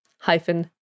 hyphen